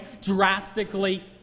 drastically